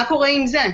מה קורה עם זה?